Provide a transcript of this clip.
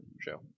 show